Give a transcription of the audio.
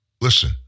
Listen